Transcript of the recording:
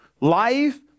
life